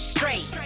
Straight